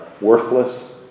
worthless